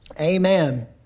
Amen